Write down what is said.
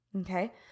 Okay